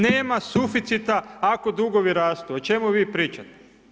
Nema suficita ako dugovi rastu, o čemu vi pričate.